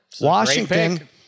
Washington